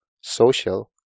social